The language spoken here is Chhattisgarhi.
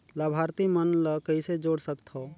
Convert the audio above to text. लाभार्थी मन ल कइसे जोड़ सकथव?